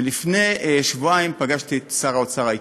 לפני שבועיים פגשתי את שר האוצר האיטלקי,